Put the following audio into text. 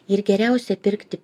ir geriausia pirkti